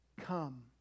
come